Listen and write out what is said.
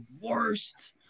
worst